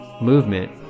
movement